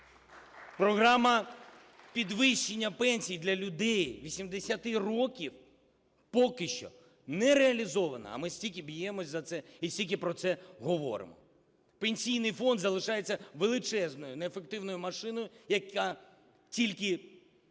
Програма підвищення пенсій для людей 80 років поки що не реалізована, а ми стільки б'ємося за це і стільки про це говоримо. Пенсійний фонд залишається величезною не ефективною машиною, яка тільки